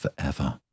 forever